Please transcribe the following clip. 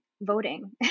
voting